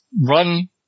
run